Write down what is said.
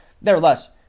Nevertheless